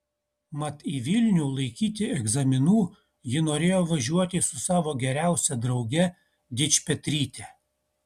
mat į vilnių laikyti egzaminų ji norėjo važiuoti su savo geriausia drauge dičpetryte